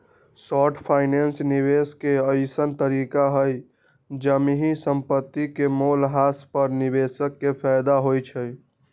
short finance निवेश के अइसँन तरीका हइ जाहिमे संपत्ति के मोल ह्रास पर निवेशक के फयदा होइ छइ